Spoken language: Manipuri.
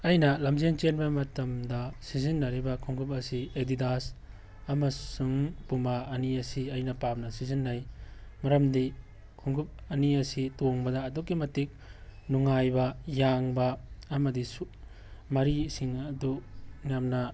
ꯑꯩꯅ ꯂꯝꯖꯦꯟ ꯆꯦꯟꯕ ꯃꯇꯝꯗ ꯁꯤꯖꯤꯟꯅꯔꯤꯕ ꯈꯣꯡꯎꯞ ꯑꯁꯤ ꯑꯦꯗꯤꯗꯥꯁ ꯑꯃꯁꯨꯡ ꯄꯨꯃꯥ ꯑꯅꯤ ꯑꯁꯤ ꯑꯩꯅ ꯄꯥꯝꯅ ꯁꯤꯖꯤꯟꯅꯩ ꯃꯔꯝꯗꯤ ꯈꯣꯡꯒꯨꯞ ꯑꯅꯤ ꯑꯁꯤ ꯇꯣꯡꯕꯗ ꯑꯗꯨꯛꯀꯤ ꯃꯇꯤꯛ ꯅꯨꯡꯉꯥꯏꯕ ꯌꯥꯡꯕ ꯑꯃꯗꯤ ꯃꯔꯤꯁꯤꯡ ꯑꯗꯨ ꯌꯥꯝꯅ